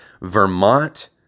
Vermont